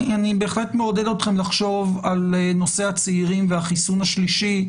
אני בהחלט מעודד אתכם לחשוב על נושא הצעירים והחיסון השלישי,